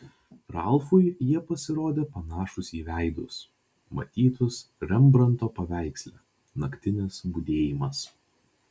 ralfui jie pasirodė panašūs į veidus matytus rembranto paveiksle naktinis budėjimas